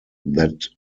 that